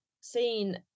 seen